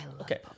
Okay